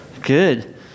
Good